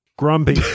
grumpy